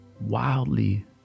wildly